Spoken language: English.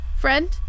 Friend